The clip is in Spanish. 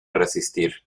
resistir